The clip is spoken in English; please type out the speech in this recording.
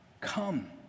Come